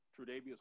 Trudavius